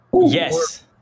Yes